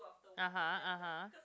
ah !huh! ah [huh]